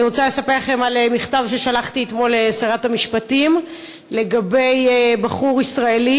אני רוצה לספר לכם על מכתב ששלחתי אתמול לשרת המשפטים לגבי בחור ישראלי